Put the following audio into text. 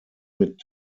mit